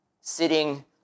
sitting